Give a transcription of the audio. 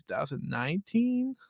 2019